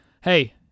hey